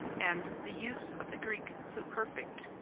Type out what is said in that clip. and the use of the greek pluperfect,